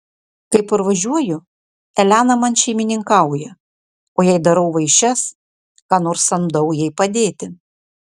kai parvažiuoju elena man šeimininkauja o jei darau vaišes ką nors samdau jai padėti